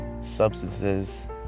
substances